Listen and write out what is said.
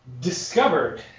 discovered